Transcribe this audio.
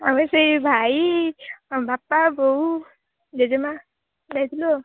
ଆମର ସେ ଭାଇ ବାପା ବୋଉ ଜେଜେ ମାଆ ଯାଇଥିଲୁ ଆଉ